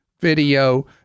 video